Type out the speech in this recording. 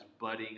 budding